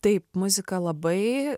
taip muzika labai